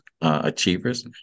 achievers